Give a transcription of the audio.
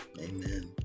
amen